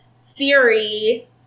theory